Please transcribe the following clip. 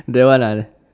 that one ah there